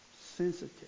sensitive